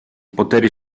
poteri